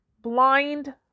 blind